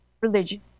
religion